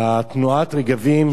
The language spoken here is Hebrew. תנועת "רגבים",